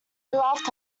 laughed